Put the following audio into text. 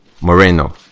moreno